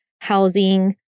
housing